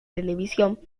televisión